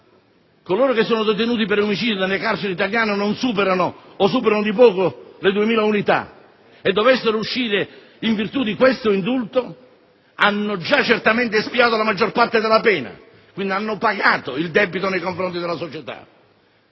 uscire, i detenuti per omicidio nelle carceri italiane, non superano, o superano di poco, le 2.000 unità. Se dovessero uscire in virtù di questo indulto, essi avrebbero già certamente espiato la maggior parte della pena, quindi avrebbero pagato il debito nei confronti della società.